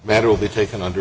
matter will be taken under